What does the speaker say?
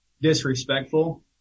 disrespectful